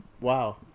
Wow